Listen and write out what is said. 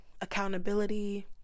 accountability